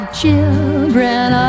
children